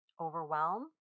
Overwhelm